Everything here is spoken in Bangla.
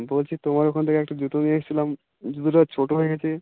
বলছি তোমার ওখান থেকে একটা জুতো নিয়ে এসছিলাম জুতোটা ছোটো হয়ে গেছে